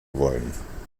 wollen